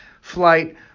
flight